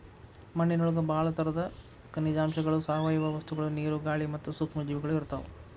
ಮಣ್ಣಿನೊಳಗ ಬಾಳ ತರದ ಖನಿಜಾಂಶಗಳು, ಸಾವಯವ ವಸ್ತುಗಳು, ನೇರು, ಗಾಳಿ ಮತ್ತ ಸೂಕ್ಷ್ಮ ಜೇವಿಗಳು ಇರ್ತಾವ